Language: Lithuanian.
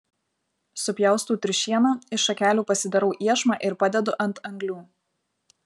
supjaustau triušieną iš šakelių pasidarau iešmą ir padedu ant anglių